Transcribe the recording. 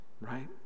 right